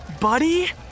buddy